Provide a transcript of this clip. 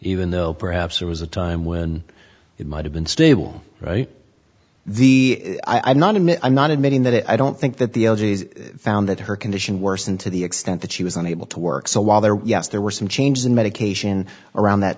even though perhaps there was a time when it might have been stable right the i'm not admit i'm not admitting that i don't think that the found that her condition worsened to the extent that she was unable to work so while there were yes there were some changes in medication around that